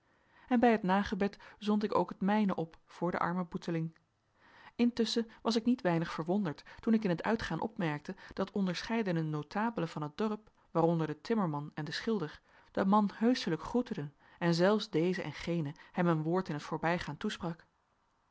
en bij het nagebed zond ik ook het mijne op voor den armen boeteling intusschen was ik niet weinig verwonderd toen ik in het uitgaan opmerkte dat onderscheidene notabelen van het dorp waaronder de timmerman en de schilder den man heuschelijk groetteden en zelfs deze en gene hem een woord in t voorbijgaan toesprak